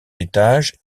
étage